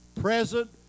present